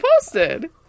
posted